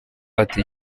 ati